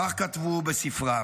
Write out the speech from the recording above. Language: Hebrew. כך כתבו בספרם.